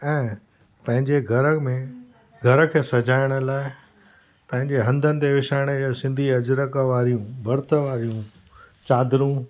ऐं पंहिंजे घर में घर खे सजाइण लाइ पंहिंजे हंधनि ते विछाइण जो सिंधी अजिरक वारियूं भर्त वारियूं चादरूं